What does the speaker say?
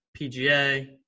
PGA